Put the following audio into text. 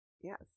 Yes